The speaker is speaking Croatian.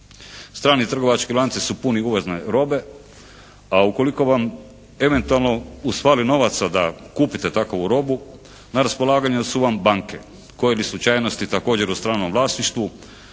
Strani trgovački lanci su puni uvozne robe, a ukoliko vam eventualno usfali novaca da kupite takovu robu na raspolaganju su vam banke, koje li slučajnosti također u stranom vlasništvu,